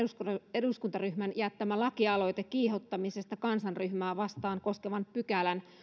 eduskuntaryhmän jättämä lakialoite kiihottamista kansanryhmää vastaan koskevan pykälän